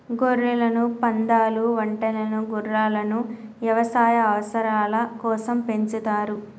గొర్రెలను, పందాలు, ఒంటెలను గుర్రాలను యవసాయ అవసరాల కోసం పెంచుతారు